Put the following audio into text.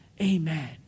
Amen